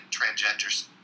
transgender